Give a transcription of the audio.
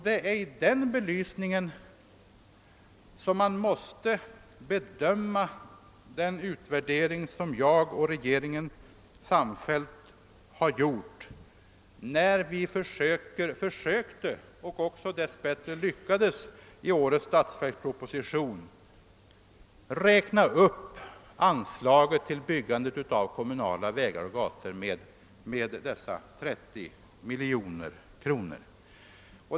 Det är i den belysningen som man måste bedöma den utvärdering som regeringen har gjort när vi försökte och även dess bättre lyckades att i årets statsverksproposition räkna upp anslaget till byggandet av kommunala vägar och gator med 30 miljoner kronor.